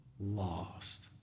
lost